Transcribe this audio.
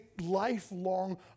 lifelong